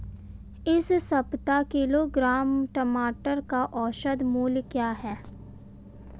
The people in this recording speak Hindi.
इस सप्ताह प्रति किलोग्राम टमाटर का औसत मूल्य क्या है?